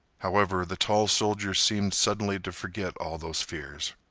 however, the tall soldier seemed suddenly to forget all those fears.